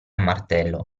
martello